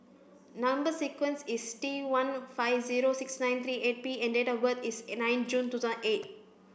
number sequence is T one five zero six nine three eight P and date of birth is nine June two thousand eight